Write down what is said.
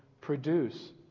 produce